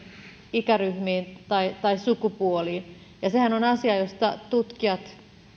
ikäryhmiin tai tai sukupuoliin sehän on asia josta